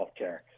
healthcare